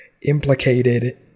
implicated